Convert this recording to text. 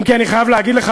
אם כי אני חייב להגיד לך,